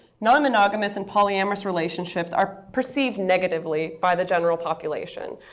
non-monogamous and polyamorous relationships are perceived negatively by the general population.